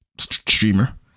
streamer